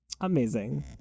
Amazing